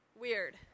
weird